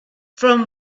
from